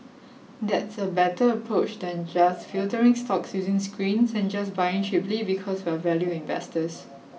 that's a better approach than just filtering stocks using screens and just buying cheaply because we're value investors